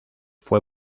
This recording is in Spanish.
fue